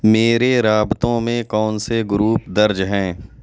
میرے رابطوں میں کون سے گروپ درج ہیں